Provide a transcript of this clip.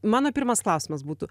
mano pirmas klausimas būtų